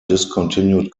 discontinued